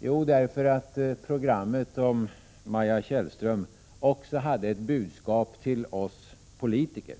Jo, därför att programmet om Maja Tjällström också hade ett budskap till oss politiker.